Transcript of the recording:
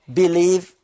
believe